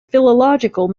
philological